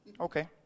Okay